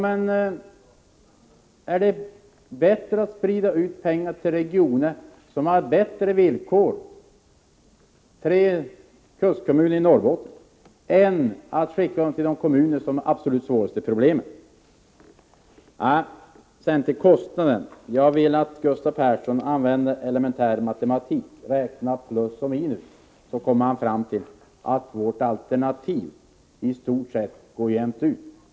Men är det bättre att sprida ut pengar till regioner som har förmånligare villkor, nämligen tre kustkommuner i Norrbotten, än att ge dem till kommuner som har de absolut svåraste problemen? När det gäller kostnaderna vill jag be Gustav Persson att använda elementär matematik. Om han räknar med plus och minus kommer han fram till att vårt alternativ i stort sett går jämt ut.